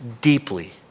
deeply